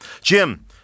Jim